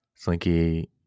Slinky